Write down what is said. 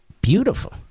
beautiful